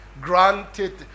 Granted